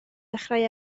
dechrau